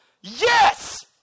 Yes